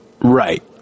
Right